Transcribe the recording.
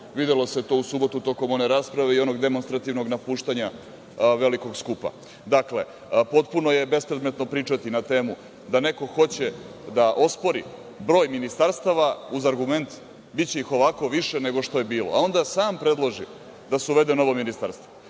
Videlo se to u subotu tokom one rasprave i onog demonstrativnog napuštanja velikog skupa. Dakle, potpuno je bespredmetno pričati na temu da neko hoće da ospori broj ministarstava uz argument - biće ih ovako više nego što je bilo, a onda sam predloži da se uvede novo ministarstvo.